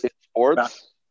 sports